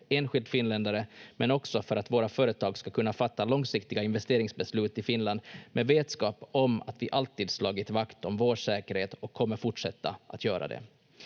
enskild finländare men också för att våra företag ska kunna fatta långsiktiga investeringsbeslut i Finland med vetskap om att vi alltid slagit vakt om vår säkerhet och kommer fortsätta att göra det.